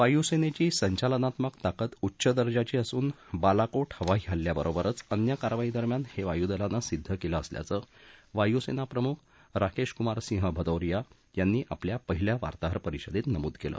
वायुसेनेची संचालनात्मक ताकद उच्च दर्जाची असून बालाकोट हवाई हल्ल्या बरोबरच अन्य कारवाई दरम्यान हे वायुदलानं सिद्ध केलं असल्याचं वायुसेना प्रमुख राकेश कुमार सिंह भदौरिया यांनी आपल्या पहिल्या वार्ताहर परिषदेत नमूद केलं